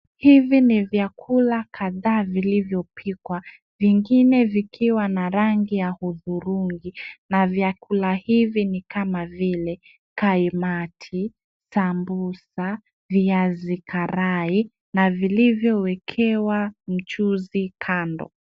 Hivi ni vyakula kadhaa vilivyopikwa, pengine vikiwa na rangi ya hudhurungi na vyakula hivi ni kama vile kaimati, sambusa, viazi karai na vilivyowekewa mchuzi kando.